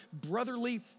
brotherly